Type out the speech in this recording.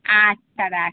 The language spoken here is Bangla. আচ্ছা রাখ